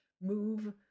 move